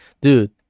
dude